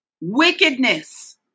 Wickedness